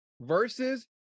versus